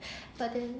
but then